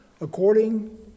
According